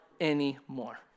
anymore